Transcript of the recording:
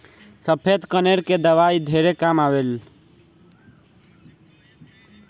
सफ़ेद कनेर के दवाई ढेरे काम आवेल